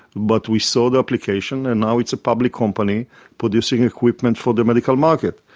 but we saw the application and now it's a public company producing equipment for the medical market.